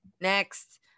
Next